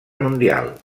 mundial